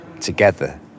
together